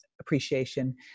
appreciation